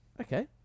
okay